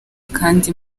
kandi